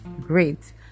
great